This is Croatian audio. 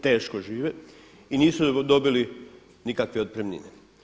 Teško žive i nisu dobili nikakve otpremnine.